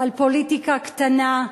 על פוליטיקה קטנה,